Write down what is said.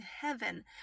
heaven